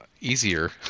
Easier